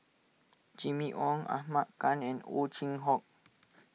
Jimmy Ong Ahmad Khan and Ow Chin Hock